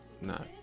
No